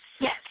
yes